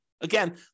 Again